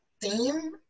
theme